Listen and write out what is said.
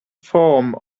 form